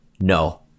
no